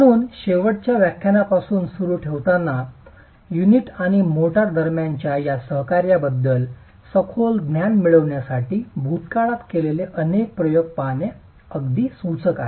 म्हणून शेवटच्या व्याख्यानापासून सुरू ठेवताना युनिट आणि मोर्टार दरम्यानच्या या सहकार्याबद्दल सखोल ज्ञान मिळविण्यासाठी भूतकाळात केलेले अनेक प्रयोग पहाणे हे अगदी सूचक आहे